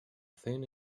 thing